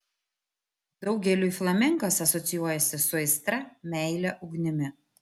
daugeliui flamenkas asocijuojasi su aistra meile ugnimi